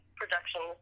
production